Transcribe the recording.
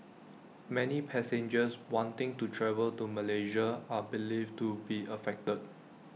many passengers wanting to travel to Malaysia are believed to be affected